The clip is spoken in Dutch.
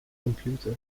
computer